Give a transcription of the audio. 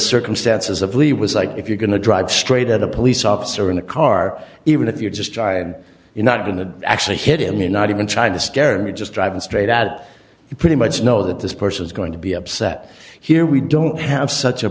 circumstances of lee was like if you're going to drive straight at a police officer in the car even if you just try and you're not going to actually hit him in not even trying to scare me just driving straight at you pretty much know that this person is going to be upset here we don't have such a